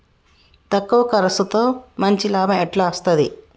తక్కువ కర్సుతో మంచి లాభం ఎట్ల అస్తది?